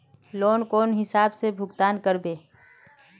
Loan कौन हिसाब से भुगतान करबे?